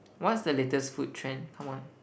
what's the latest food trend come on